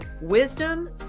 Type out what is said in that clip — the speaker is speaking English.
Wisdom